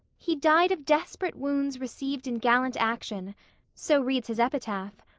he died of desperate wounds received in gallant action' so reads his epitaph.